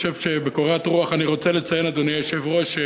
בקורת רוח אני רוצה לציין, אדוני היושב-ראש,